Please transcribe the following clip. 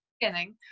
beginning